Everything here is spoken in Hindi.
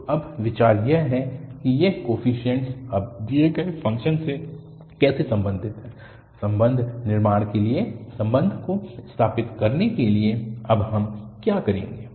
तो अब विचार यह है कि ये कोफीशिएंट अब दिए गए फ़ंक्शन से कैसे संबंधित हैं संबंध निर्माण के लिए संबंध को स्थापित करने के लिए अब हम क्या करेंगे